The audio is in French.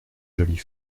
jolie